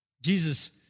Jesus